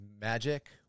Magic